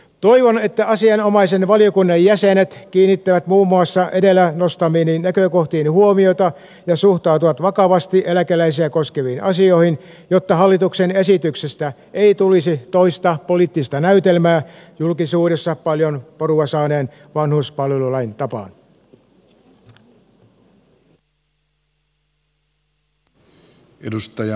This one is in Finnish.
toivon että asianomaisen valiokunnan jäsenet kiinnittävät muun muassa edellä nostamiini näkökohtiin huomiota ja suhtautuvat vakavasti eläkeläisiä koskeviin asioihin jotta hallituksen esityksestä ei tulisi toista poliittista näytelmää julkisuudessa paljon porua saaneen vanhuspalvelulain tapaan